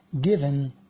given